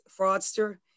fraudster